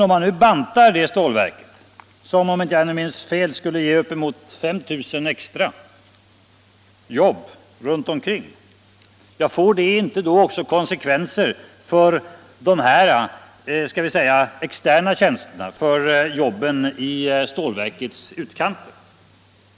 Om man nu bantar stålverket runt omkring, får det inte då också konsekvenser för jobben i stålverkets utkanter?